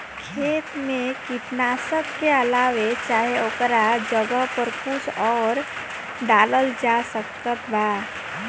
खेत मे कीटनाशक के अलावे चाहे ओकरा जगह पर कुछ आउर डालल जा सकत बा?